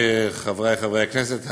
חברי חברי הכנסת,